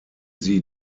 sie